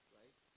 right